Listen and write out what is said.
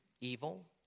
evil